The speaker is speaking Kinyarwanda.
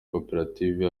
koperative